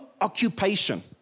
occupation